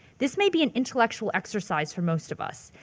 this may be an intellectual exercise for most of us,